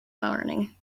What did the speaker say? morning